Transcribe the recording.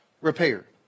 repair